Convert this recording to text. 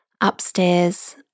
upstairs